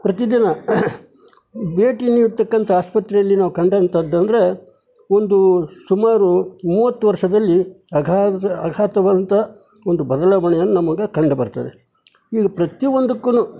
ಪ್ರತಿದಿನ ಭೇಟಿ ನೀಡತಕ್ಕಂಥ ಆಸ್ಪತ್ರೆಯಲ್ಲಿ ನಾವು ಕಂಡಂತದ್ದಂದ್ರೆ ಒಂದು ಸುಮಾರು ಮೂವತ್ತು ವರ್ಷದಲ್ಲಿ ಅಗಾಧ ಆಘಾತವಾದಂಥ ಒಂದು ಬದಲಾವಣೆಯನ್ನ ನಮಗೆ ಕಂಡು ಬರ್ತದೆ ಈ ಪ್ರತಿಯೊಂದಕ್ಕೂ